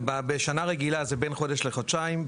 בשנה רגילה זה בין חודש לחודשיים,